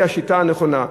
שהיא השיטה הנכונה.